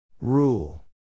Rule